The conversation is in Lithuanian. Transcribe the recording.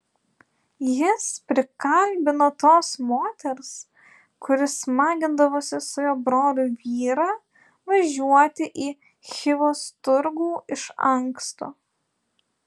jis prikalbino tos moters kuri smagindavosi su jo broliu vyrą važiuoti į chivos turgų iš anksto